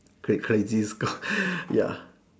great crazy score ya